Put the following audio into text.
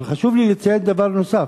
אבל חשוב לי לציין דבר נוסף.